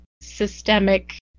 systemic